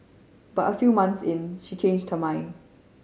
but a few months in she changed her mind